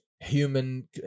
human